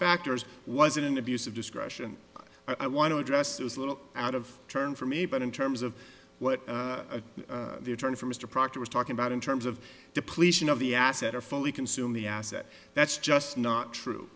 factors was it an abuse of discretion i want to address those little out of turn for me but in terms of what the attorney for mr proctor was talking about in terms of depletion of the asset or fully consume the asset that's just not true